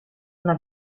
una